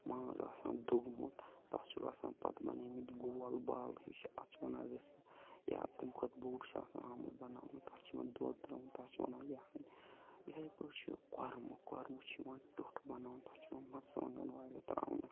ماز آسان دوٚگمُت تَتھ چھُکھ آسان پَتہٕ بَنٲیمٕتۍ گول بالہٕ ہِش اَتھ چھِ وَنان رِستہٕ یا تَمہِ کھۄتہٕ بوٚڈ چھُ آسان آمُت بَناونہٕ تَتھ چھِ یِوان دۄد ترٛاونہٕ تَتھ چھِ وَنان یَکھٕنۍ یِتھَے پٲٹھۍ چھُ کۄرمہٕ کۄرمہٕ چھُ یِوان ٹیوٚٹھ بَناونہٕ تَتھ چھِ یِوان مَرژٕوانٛگَن واریاہ ترٛاونہٕ